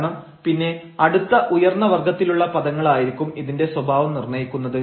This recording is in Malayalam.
കാരണം പിന്നെ അടുത്ത ഉയർന്ന വർഗ്ഗത്തിലുള്ള പദങ്ങൾ ആയിരിക്കും ഇതിന്റെ സ്വഭാവം നിർണയിക്കുന്നത്